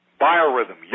Biorhythm